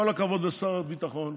כל הכבוד לשר הביטחון,